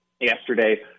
yesterday